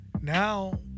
now